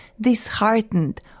disheartened